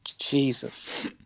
Jesus